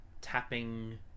tapping